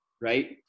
right